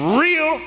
real